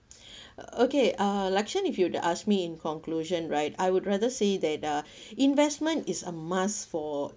okay uh lakshen if you were to ask me in conclusion right I would rather say that the investment is a must for